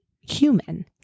human